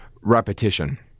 repetition